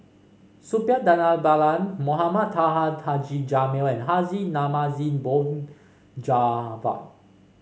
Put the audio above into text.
Suppiah Dhanabalan Mohamed Taha Taji Jamil and Haji Namazie Mohd Javad